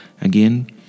again